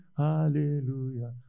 hallelujah